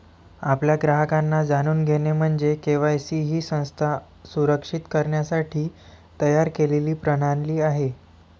आपल्या ग्राहकांना जाणून घेणे म्हणजे के.वाय.सी ही संस्था सुरक्षित करण्यासाठी तयार केलेली प्रणाली आहे